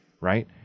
right